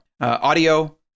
Audio